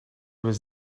was